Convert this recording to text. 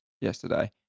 yesterday